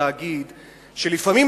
ולהגיד שלפעמים,